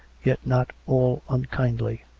yet not all unkindly.